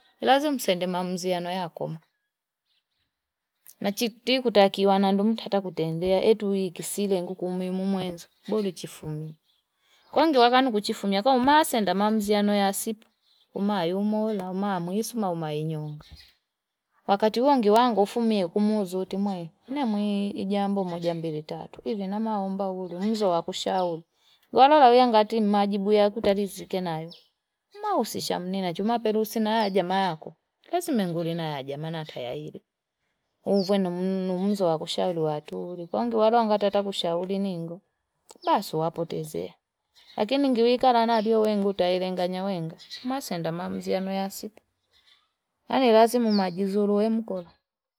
Lazima msende maamuzi aano yakomu na chi kuti kutakiwa na mtu hata kutenndewa eti wi kisile nguku mwemu mwenza bodi chifumi kwengi wakano chifumi akaumasenda maamuziano nayo ya sipu kumayo umola mamwisuma umaenyonga wakati huo ngi wangu ufumie kumuzoti timai nimweii jambo imoja mbili tatu ivenamaomba ule muzo wakushauri kwalolya ngati mmajibu yakuta rizike nayo mausisha unine nacho maperusi nayo jamaa yako pesima ngulile jamaa natayairi uvweno mnu mzo wakushauli watu wata kushauli ningu basi wapotezea lakini ngiwi kalanana nio wengi utailenganya wenga masenda mamuzi yano ya siku yani lazima umajizulu eh mkolo.